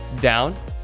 down